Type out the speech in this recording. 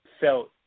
felt